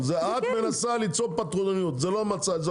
זאת את שמנסה ליצור פטרונות זה לא המצב.